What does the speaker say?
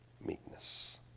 meekness